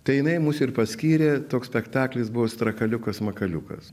tai jinai mus ir paskyrė toks spektaklis buvo strakaliukas makaliukas